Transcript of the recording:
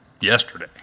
yesterday